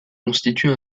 constitue